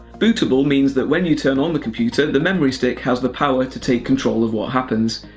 bootable means that when you turn on the computer, the memory stick has the power to take control of what happens.